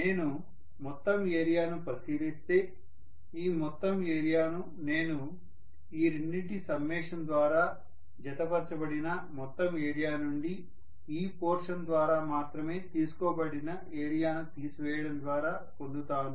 నేను మొత్తం ఏరియాను పరిశీలిస్తే ఈ మొత్తం ఏరియాను నేను ఈ రెండింటి సమ్మషన్ ద్వారా జత పరచబడిన మొత్తం ఏరియా నుండి ఈ పోర్షన్ ద్వారా మాత్రమే తీసుకోబడిన ఏరియాను తీసివేయడం ద్వారా పొందుతాను